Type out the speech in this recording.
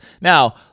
now